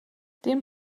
den